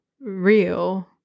real